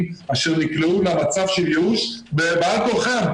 אשר נקלעו למצב של יאושש בעל כורחם,